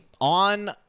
On